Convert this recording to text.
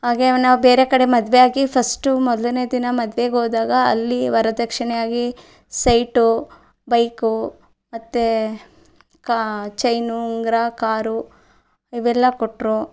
ಹಾಗೆ ನಾವು ಬೇರೆ ಕಡೆ ಮದುವೆ ಆಗಿ ಫಸ್ಟು ಮೊದಲನೇ ದಿನ ಮದುವೆಗೋದಾಗ ಅಲ್ಲಿ ವರದಕ್ಷಿಣೆಯಾಗಿ ಸೈಟು ಬೈಕು ಮತ್ತೆ ಕಾ ಚೈನು ಉಂಗುರ ಕಾರು ಇವೆಲ್ಲ ಕೊಟ್ಟರು